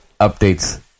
updates